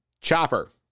Chopper